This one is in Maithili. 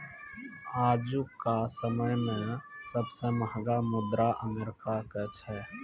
आजुका समय मे सबसे महंगा मुद्रा अमेरिका के छै